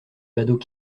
badauds